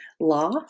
law